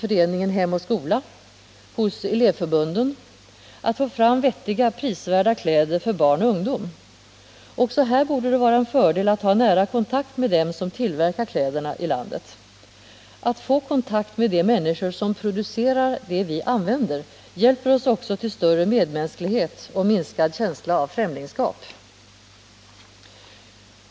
föreningen Hem och skola och hos elevförbunden att få fram vettiga, prisvärda kläder för barn och ungdom? Också här borde det vara en fördel att ha nära kontakt med dem som tillverkar kläder i landet. Att få kontakt med de människor som producerar det vi använder hjälper oss också till större medmänsklighet och minskad känsla av främlingskap.